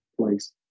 place